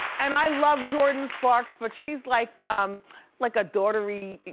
and i love jordan sparks, but she's like um like a daughtery,